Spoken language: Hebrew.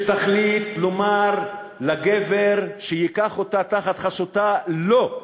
שתחליט לומר לגבר שייקח אותה תחת חסותו: לא,